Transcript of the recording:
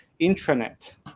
intranet